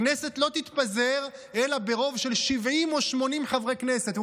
הכנסת לא תתפזר אלא ברוב של 70 או 80 חברי כנסת.